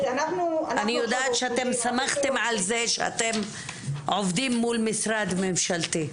אני יודעת שאתם שמחתם על זה שאתם עובדים מול משרד ממשלתי.